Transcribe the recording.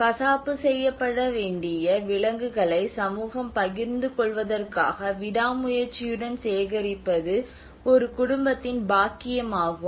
கசாப்பு செய்யப்பட வேண்டிய விலங்குகளை சமூகம் பகிர்ந்து கொள்வதற்காக விடாமுயற்சியுடன் சேகரிப்பது ஒரு குடும்பத்தின் பாக்கியமாகும்